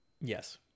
Yes